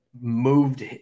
moved